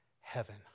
heaven